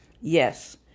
Yes